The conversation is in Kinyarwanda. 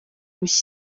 mishya